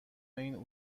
این